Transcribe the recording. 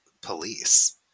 police